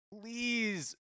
please